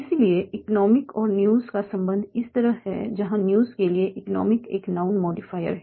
इसलिए इकनोमिक और न्यूज़ का संबंध इस तरह है जहां न्यूज़ के लिए इकनोमिक एक नाउन मॉडिफाइर है